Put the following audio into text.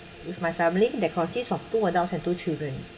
with my family that consists of two adults and two children